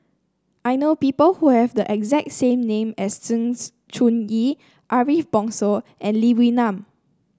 I know people who have the exact same name as Sng Choon Yee Ariff Bongso and Lee Wee Nam